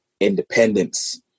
independence